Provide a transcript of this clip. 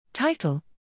Title